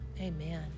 amen